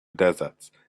desert